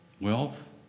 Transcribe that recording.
wealth